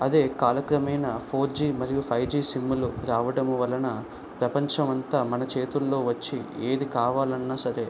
అదే కాలక్రమేణా four G మరియు ఫైవ్ జీ సిమ్లు రావడం వలన ప్రపంచం అంతా మన చేతుల్లో వచ్చి ఏది కావాలన్నా సరే